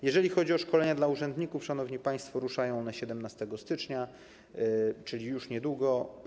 Jeżeli chodzi o szkolenia dla urzędników, szanowni państwo, ruszają one 17 stycznia, czyli już niedługo.